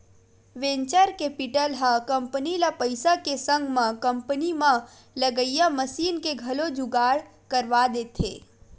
venture capital ह company ल पइसा के संग म कंपनी म लगइया मसीन के घलो जुगाड़ करवा देथे